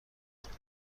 کبریت